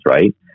right